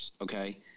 okay